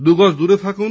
দুগজ দূরে থাকুন